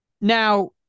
Now